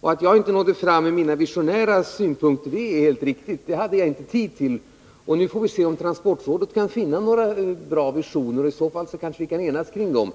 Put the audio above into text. Att jag inte nådde fram med mina visionära synpunkter är helt riktigt. Det hade jag inte tid till. Nu får vi se om transportrådet kan finna några bra visioner. I så fall kan vi kanske enas kring dem.